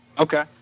Okay